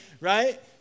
right